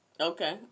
Okay